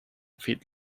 feet